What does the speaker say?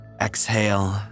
Exhale